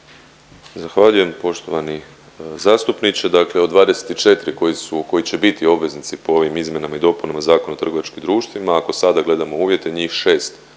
Zahvaljujem poštovani zastupniče. Dakle od 24 koji su, koji će biti obveznici po ovim izmjenama i dopunama ZTD-a, ako sada gledamo uvjete, njih 6